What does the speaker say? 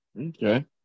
okay